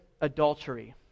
adultery